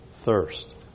thirst